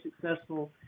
successful